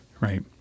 right